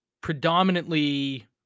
predominantly